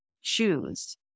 shoes